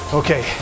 okay